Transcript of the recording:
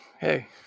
Hey